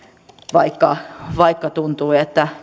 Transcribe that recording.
vaikka vaikka tuntui että